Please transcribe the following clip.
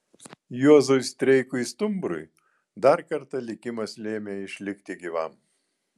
juozui streikui stumbrui dar kartą likimas lėmė išlikti gyvam